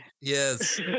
Yes